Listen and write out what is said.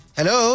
Hello